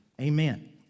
Amen